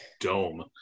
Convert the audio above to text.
dome